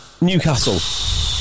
Newcastle